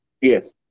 yes